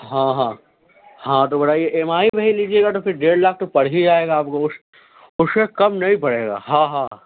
ہاں ہاں ہاں تو بڑے ایم آئی میں ہی لیجیے گا تو پھر ڈیڑھ لاکھ تو پڑ ہی جائے گا آپ کو اس سے کم نہیں پڑے گا ہاں ہاں